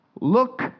Look